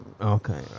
Okay